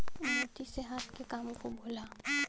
मोती से हाथ के काम खूब होला